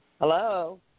Hello